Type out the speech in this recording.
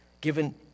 given